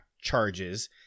charges